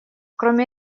кроме